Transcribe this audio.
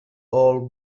old